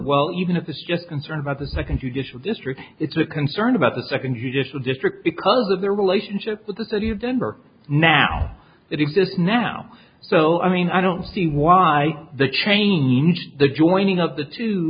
well even if it's just concern about the second judicial district it's a concern about the second judicial district because of their relationship with the city of denver now it exists now so i mean i don't see why the change the joining of the t